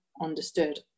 understood